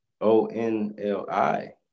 O-N-L-I